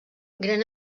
gran